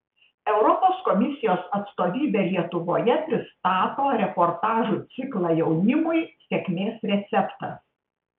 europos komisijos atstovybė lietuvoje pristato reportažų ciklą jaunimui sėkmės receptas